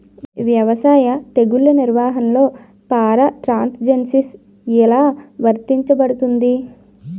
వ్యవసాయ తెగుళ్ల నిర్వహణలో పారాట్రాన్స్జెనిసిస్ఎ లా వర్తించబడుతుంది?